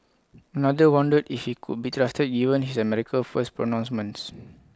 another wondered if he could be trusted given his America First pronouncements